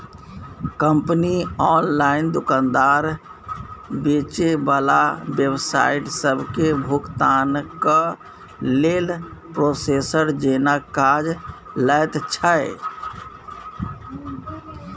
company online दोकानदार, बेचे बला वेबसाइट सबके भुगतानक लेल प्रोसेसर जेना काज लैत छै